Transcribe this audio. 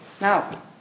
Now